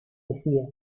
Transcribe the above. decía